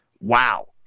Wow